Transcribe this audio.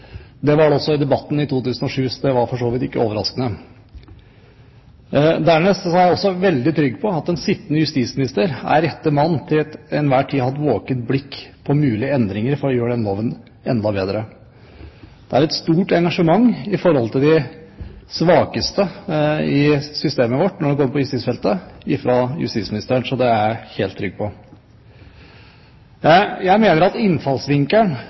Det var det også i debatten i 2007, så det var for så vidt ikke overraskende. Dernest er jeg også veldig trygg på at den sittende justisminister er rette mann som til enhver tid har et våkent blikk på mulige endringer for å gjøre den loven enda bedre. Det er et stort engasjement for de svakeste i systemet vårt – når det kommer til justisfeltet – fra justisministeren, så det er jeg helt trygg på. Jeg mener at innfallsvinkelen